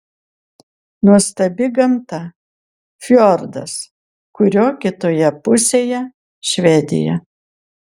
nuostabi gamta fjordas kurio kitoje pusėje švedija